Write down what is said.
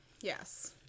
Yes